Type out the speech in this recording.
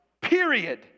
period